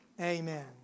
Amen